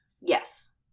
Yes